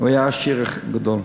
והוא היה עשיר גדול,